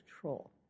control